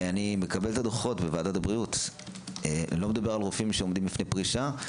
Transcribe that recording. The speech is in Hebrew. אני מקבל את הדוחות בוועדת הבריאות ואני לא מדבר על רופאים לפני פרישה.